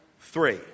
three